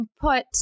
put